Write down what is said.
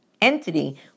entity